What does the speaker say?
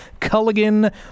Culligan